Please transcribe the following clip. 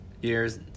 years